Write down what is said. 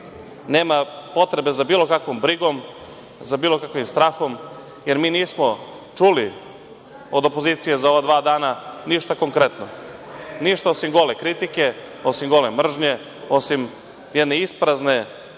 nema potrebe za bilo kakvom brigom, za bilo kakvim strahom, jer mi nismo čuli od opozicije za ova dva dana ništa konkretno, ništa osim gole kritike, osim gole mržnje, osim jedne isprazne